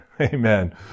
Amen